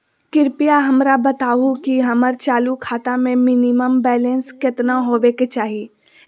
कृपया हमरा बताहो कि हमर चालू खाता मे मिनिमम बैलेंस केतना होबे के चाही